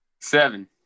Seven